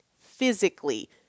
physically